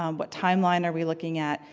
um what timeline are we looking at?